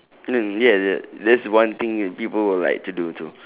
um ya ya that's one thing people will like to do too